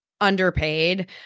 underpaid